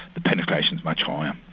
the penetration is much higher.